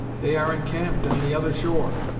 they are encamped on the other shore.